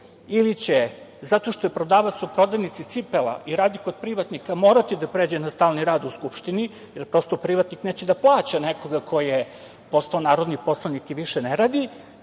ili će zato što je prodavac u prodavnici cipela i radi kod privatnika morati da pređe na stalni rad u Skupštini, jer prosto privatnik neće da plaća nekoga ko je postao narodni poslanik i više ne radi,